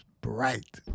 bright